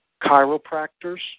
chiropractors